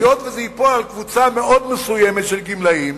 היות שזה ייפול על קבוצה מאוד מסוימת של גמלאים,